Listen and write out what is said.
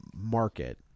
market